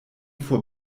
vor